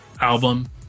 album